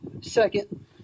Second